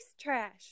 Trash